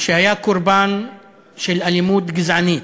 שהיה קורבן של אלימות גזענית.